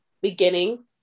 Beginning